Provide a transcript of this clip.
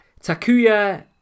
Takuya